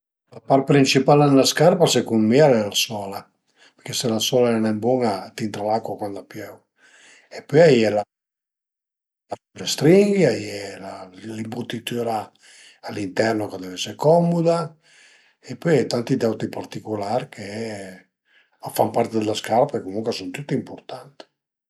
La part principal dë 'na scarpa secund mi al e la sola, che se la sola al e nen bun-a al intra l'acua cuand a piöu a ie la a ie le stringhe, a ie l'imbutitüra a l'interno ch'a deu esi comoda e pöi a ie tanti d'autri particular che a fan part dìla scarpa e comuncue a sun tant impurtant